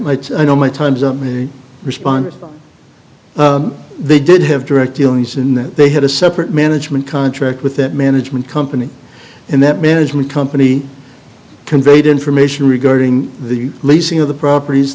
cent i know my time's up mary responded they did have direct release in that they had a separate management contract with it management company and that management company conveyed information regarding the leasing of the properties